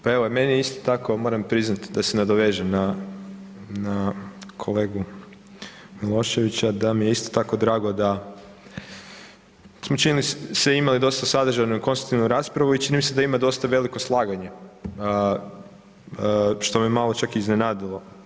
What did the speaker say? Pa evo meni isto tako moram priznati, da se nadovežem na kolegu Miloševića da mi je isto tako drago da smo čini se imali dosta konstruktivnu raspravu i čini mi se da ima dosta veliko slaganje, što me malo čak iznenadilo.